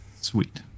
Sweet